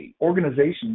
organizations